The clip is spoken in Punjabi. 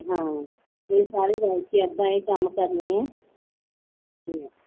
ਹਾਂ ਇਹ ਸਾਰੇ ਰਲ ਕੇ ਆਪਾਂ ਇਹ ਕੰਮ ਕਰਨੇ ਹੈ ਅਤੇ